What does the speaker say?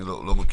אני לא מכיר.